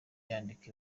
yandika